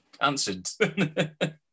Answered